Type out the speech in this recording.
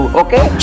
okay